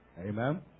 Amen